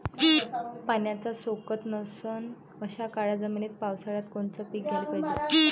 पाण्याचा सोकत नसन अशा काळ्या जमिनीत पावसाळ्यात कोनचं पीक घ्याले पायजे?